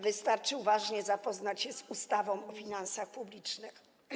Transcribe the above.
Wystarczy uważnie zapoznać się z ustawą o finansach publicznych.